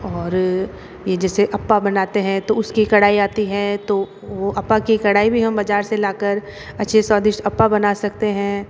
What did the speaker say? और ये जैसे अप्पा बनाते है तो उसकी कढ़ाई आती है तो वो अप्पा की कढ़ाई भी हम बाज़ार से लाकर अच्छे स्वादिष्ट अप्पा बना सकते हैं